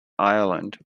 ireland